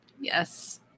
Yes